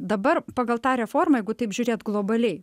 dabar pagal tą reformą jeigu taip žiūrėt globaliai